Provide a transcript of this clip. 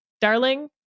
darling